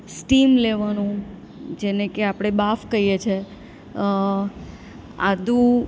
steam લેવાનું જેને કે આપણે બાફ કહીએ છે આદું